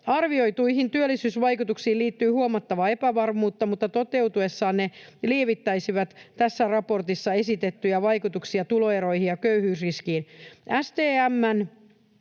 ”Arvioituihin työllisyysvaikutuksiin liittyy huomattavaa epävarmuutta, mutta toteutuessaan ne lievittäisivät tässä raportissa esitettyjä vaikutuksia tuloeroihin ja köyhyysriskiin.